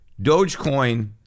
Dogecoin